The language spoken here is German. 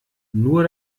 nur